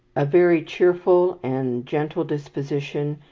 a very cheerful and gentle disposition,